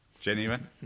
Genuine